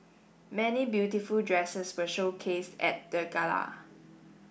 many beautiful dresses were showcased at the gala